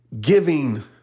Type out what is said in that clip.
giving